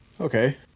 Okay